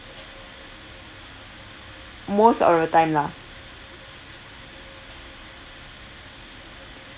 most of the time lah